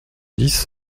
dix